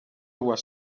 was